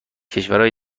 کشورای